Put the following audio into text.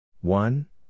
one